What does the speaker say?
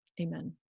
Amen